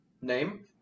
Name